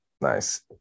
Nice